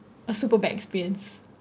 a super bad experience